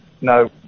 No